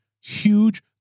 huge